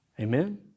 Amen